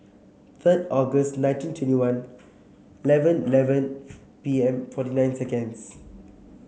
third August nineteen twenty one eleven eleven P M forty nine seconds